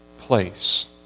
place